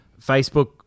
Facebook